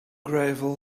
gravel